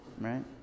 right